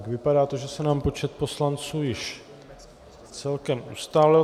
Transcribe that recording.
Vypadá to, že se nám počet poslanců již celkem ustálil.